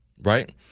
right